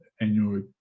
annual